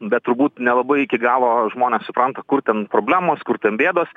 bet turbūt nelabai iki galo žmonės supranta kur ten problemos kur ten bėdos